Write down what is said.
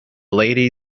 lady